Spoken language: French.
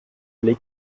blé